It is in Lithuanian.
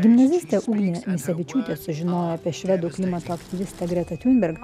gimnazistė ugnė misevičiūtė sužinojo apie švedų klimato aktyvistę gretą tiunberg